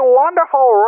wonderful